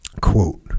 Quote